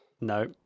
No